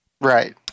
Right